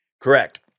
Correct